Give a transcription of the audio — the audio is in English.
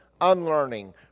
unlearning